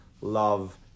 love